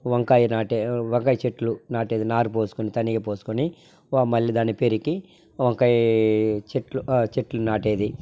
వంకాయ నాటి వంకాయ చెట్లు నాటేది నార పోసుకొని తనీగ పోసుకొని మళ్లీ దాన్ని పెరికి వంకాయ చెట్లు చెట్లు నాటేది